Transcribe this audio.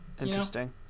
Interesting